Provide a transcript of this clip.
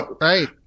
Right